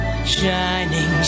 Shining